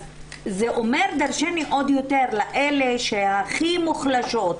זה א ומר דרשני עוד יותר לאלה שהן הכי מוחלשות,